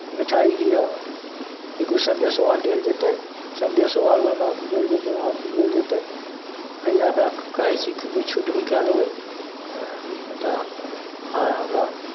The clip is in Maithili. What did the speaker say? मिठाइ दिअ जे किछु संदेशो आर देल जेतै संदेशो आर ओहिमे देल जेतै हर चीज देल जेतै एहि लए कऽ कहै छी किछु छूट भी कए देबै तऽ आइ हमरा